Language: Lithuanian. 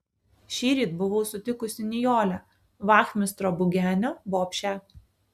šįryt buvau sutikusi nijolę vachmistro bugenio bobšę